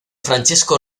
francesco